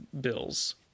bills